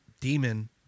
Demon